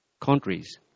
countries